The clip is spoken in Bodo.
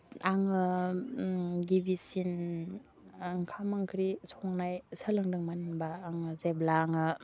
आङो गिबिसिन ओंखाम ओंख्रि संनाय सोलोंदोंमोन होमबा आङो जेब्ला आङो